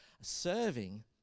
serving